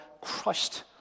crushed